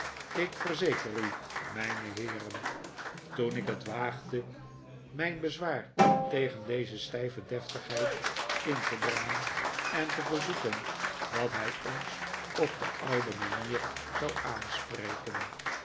ik verzeker u mijne heeren toen ik het waagde mijn bezwaar tegen deze stijve deftigheid in te brengen en te verzoeken dat hij ons op de oude manier zou aanspreken